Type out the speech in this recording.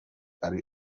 برای